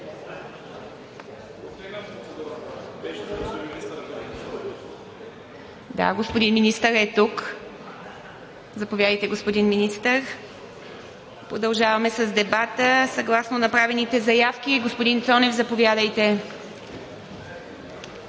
Да, господин министърът е тук. Заповядайте, господин Министър. Продължаваме с дебата. Съгласно направените заявки – господин Цонев, заповядайте.